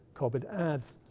cobbett adds,